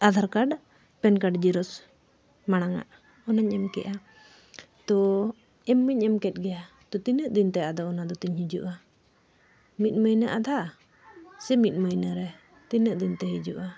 Aadhaar card PAN card xerox ᱢᱟᱲᱟᱝ ᱟᱜ ᱚᱱᱟᱧ ᱮᱢ ᱠᱮᱫᱟ ᱛᱚ ᱮᱢ ᱢᱟᱧ ᱠᱮᱫ ᱜᱮᱭᱟ ᱛᱚ ᱛᱤᱱᱟᱹᱜ ᱫᱤᱱᱛᱮ ᱟᱫᱚ ᱚᱱᱟ ᱫᱚ ᱛᱤᱧ ᱦᱤᱡᱩᱜᱼᱟ ᱢᱤᱫ ᱢᱟᱹᱦᱱᱟᱹ ᱟᱫᱷᱟ ᱥᱮ ᱢᱤᱫ ᱢᱟᱹᱦᱱᱟᱹ ᱨᱮ ᱛᱤᱱᱟᱹᱜ ᱫᱤᱱᱛᱮ ᱦᱤᱡᱩᱜᱼᱟ